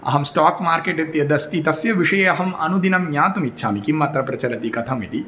अहं stock market इत्यदस्ति तस्य विषये अहम् अनुदिनं ज्ञातुमिच्छामि किम् अत्र प्रचलति कथम् इति